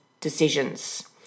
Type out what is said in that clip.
decisions